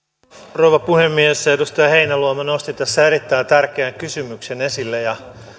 rouva puhemies edustaja heinäluoma nosti tässä erittäin tärkeän kysymyksen esille ja